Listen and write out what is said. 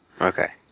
Okay